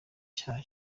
cyaha